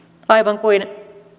aivan kuin